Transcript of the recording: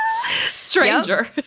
Stranger